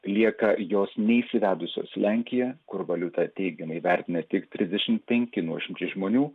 lieka jos neįsivedusios lenkija kur valiutą teigiamai vertina tik trisdešimt penki nuošimčiai žmonių